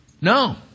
No